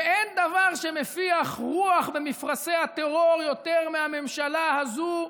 אין דבר שמפיח רוח במפרשי הטרור יותר מהממשלה הזאת,